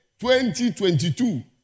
2022